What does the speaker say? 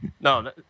No